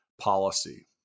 policy